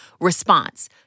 response